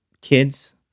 kids